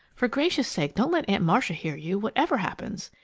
for gracious sake don't let aunt marcia hear you, whatever happens!